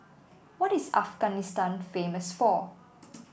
what is Afghanistan famous for